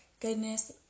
goodness